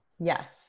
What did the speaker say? Yes